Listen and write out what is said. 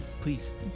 Please